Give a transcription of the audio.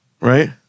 right